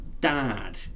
Dad